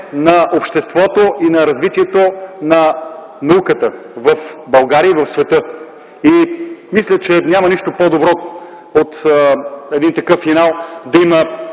на обществото и на развитието на науката в България и в света. Мисля, че няма нищо по-добро от един такъв финал – да има